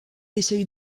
essaye